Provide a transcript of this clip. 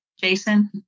Jason